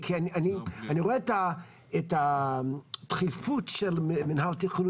כי אני רואה את הדחיפות של מינהל התכנון